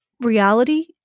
reality